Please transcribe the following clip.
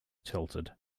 tilted